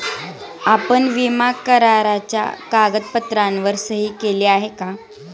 आपण विमा कराराच्या कागदपत्रांवर सही केली आहे का?